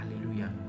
hallelujah